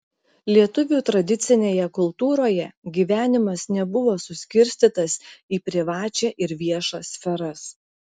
lietuvių tradicinėje kultūroje gyvenimas nebuvo suskirstytas į privačią ir viešą sferas